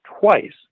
twice